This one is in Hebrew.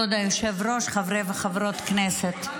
כבוד היושב-ראש, חברי וחברות כנסת,